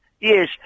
Yes